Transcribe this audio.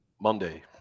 Monday